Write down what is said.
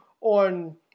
on